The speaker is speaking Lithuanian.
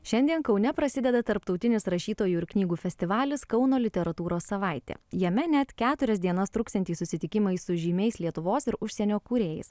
šiandien kaune prasideda tarptautinis rašytojų ir knygų festivalis kauno literatūros savaitė jame net keturias dienas truksiantys susitikimai su žymiais lietuvos ir užsienio kūrėjais